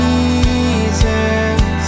Jesus